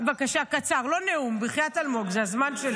בבקשה, קצר, לא נאום, בחייאת אלמוג, זה הזמן שלי.